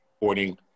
reporting